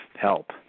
help